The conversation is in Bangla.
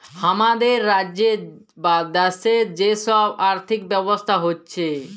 হামাদের রাজ্যের বা দ্যাশের যে সব আর্থিক ব্যবস্থা হচ্যে